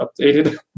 updated